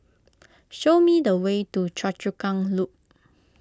show me the way to Choa Chu Kang Loop